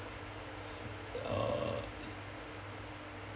uh